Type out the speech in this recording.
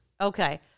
Okay